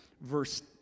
verse